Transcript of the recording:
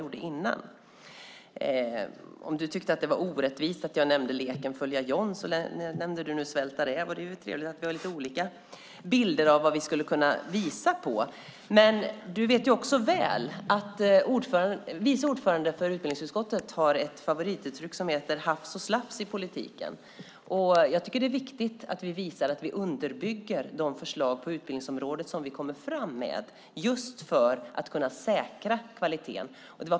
Om du, Mikael Damberg, tyckte att det var orättvist att jag nämnde leken Följa John, nämnde du nu Svälta räv, och det är ju trevligt att vi har lite olika bilder som vi skulle kunna visa på. Men du vet också väl att vice ordföranden i utbildningsutskottet använder favorituttrycket hafs och slafs i politiken. Jag tycker att det är viktigt att vi visar att vi underbygger de förslag på utbildningsområdet som vi kommer fram med just för att kunna säkra kvaliteten.